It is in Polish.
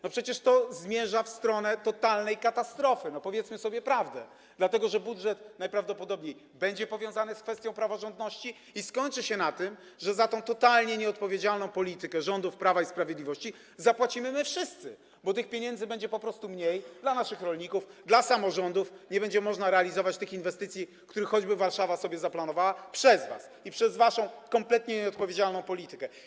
No przecież to zmierza w stronę totalnej katastrofy - powiedzmy sobie prawdę - dlatego że budżet najprawdopodobniej będzie powiązany z kwestią praworządności i skończy się na tym, że za tę totalnie nieodpowiedzialną politykę rządów Prawa i Sprawiedliwości zapłacimy my wszyscy, bo tych pieniędzy będzie po prostu mniej dla naszych rolników, dla samorządów, nie będzie można realizować tych inwestycji, które choćby Warszawa sobie zaplanowała, przez was i przez waszą kompletnie nieodpowiedzialną politykę.